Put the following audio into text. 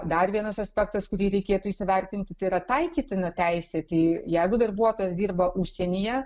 dar vienas aspektas kurį reikėtų įsivertinti yra taikytina teisėti jeigu darbuotojas dirba užsienyje